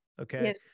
Okay